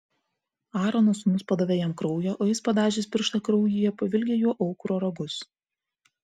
aarono sūnūs padavė jam kraujo o jis padažęs pirštą kraujyje pavilgė juo aukuro ragus